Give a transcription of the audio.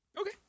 Okay